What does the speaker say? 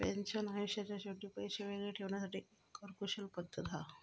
pension आयुष्याच्या शेवटी पैशे वेगळे ठेवण्यासाठी एक कर कुशल पद्धत हा